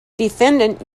defendant